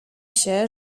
się